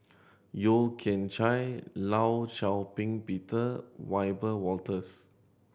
Yeo Kian Chye Law Shau Ping Peter Wiebe Wolters